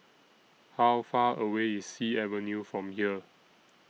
How Far away IS Sea Avenue from here